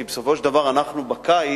כי בסופו של דבר אנחנו בקיץ,